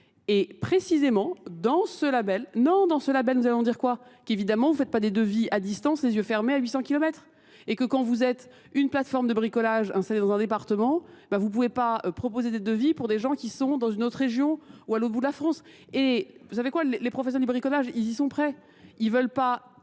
Et précisément dans ce label, non dans ce label nous allons dire quoi ? Qu'évidemment vous ne faites pas des devis à distance, les yeux fermés à 800 km. Et que quand vous êtes une plateforme de bricolage installée dans un département, vous ne pouvez pas proposer des devis pour des gens qui sont dans une autre région ou à l'autre bout de la France. Et vous savez quoi, les professionnels du bricolage ils y sont prêts, ils ne veulent pas